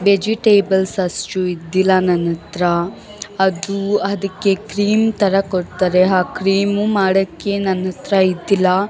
vegetables ಅಷ್ಟು ಇದ್ದಿಲ್ಲ ನನ್ನತ್ರ ಅದು ಅದಕ್ಕೆ ಕ್ರೀಮ್ ಥರ ಕೊಡ್ತಾರೆ ಆ ಕ್ರೀಮು ಮಾಡೋಕ್ಕೆ ನನ್ನತ್ರ ಇದ್ದಿಲ್ಲ